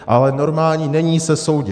Ale normální není se soudit.